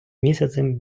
місяцем